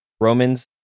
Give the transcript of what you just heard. Romans